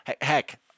heck